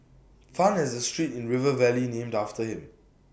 Tan has A street in river valley named after him